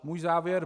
Můj závěr.